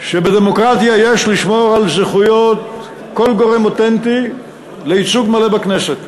שבדמוקרטיה יש לשמור על זכויות כל גורם אותנטי לייצוג מלא בכנסת.